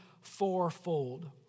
fourfold